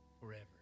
forever